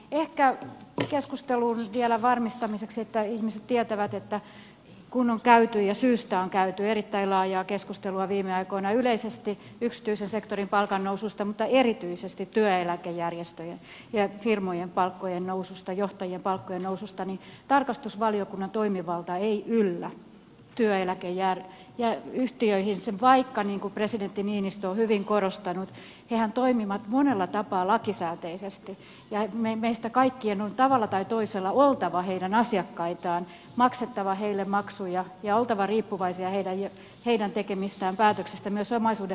ehkä totean keskusteluun vielä sen varmistamiseksi että ihmiset tietävät kun on käyty ja syystä on käyty erittäin laajaa keskustelua viime aikoina yleisesti yksityisen sektorin palkannousuista mutta erityisesti työeläkejärjestöjen ja firmojen palkkojen noususta johtajien palkkojen noususta että tarkastusvaliokunnan toimivalta ei yllä työeläkeyhtiöihin vaikka niin kuin presidentti niinistö on hyvin korostanut he toimivat monella tapaa lakisääteisesti ja meistä kaikkien on tavalla tai toisella oltava heidän asiakkaitaan maksettava heille maksuja ja oltava riippuvaisia heidän tekemistään päätöksistä myös omaisuudenhallinnassa